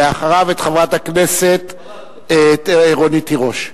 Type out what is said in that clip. אחריו, חברת הכנסת רונית תירוש.